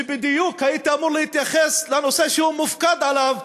שבדיוק היה אמור להתייחס לנושא שהוא מופקד עליו,